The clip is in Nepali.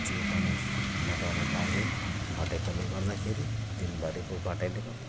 जिउ पनि मोटाउनु पाउँदैन खटेकोले गर्दाखेरि दिनभरिको खटाइले गर्दा